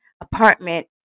apartment